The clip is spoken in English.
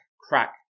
crack